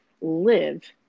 live